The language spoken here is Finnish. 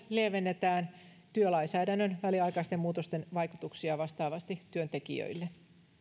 lievennetään työlainsäädännön väliaikaisten muutosten vaikutuksia vastaavasti työntekijöille